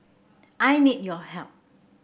I need your help